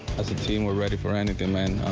as a team, we're ready for anything.